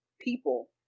people